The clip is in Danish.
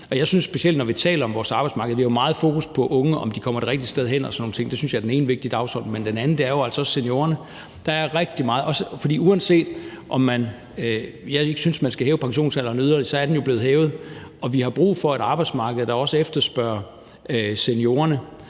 Jeg synes specielt, når vi taler om vores arbejdsmarked, at vi har meget fokus på de unge, om de kommer det rigtige sted hen og sådan nogle ting. Det synes jeg er den ene vigtige dagsorden. Men den anden er jo altså også om seniorerne, for uanset at jeg ikke synes, at man skal hæve pensionsalderen yderligere, så er den jo blevet hævet. Og vi har brug for et arbejdsmarked, der også efterspørger seniorerne,